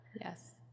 yes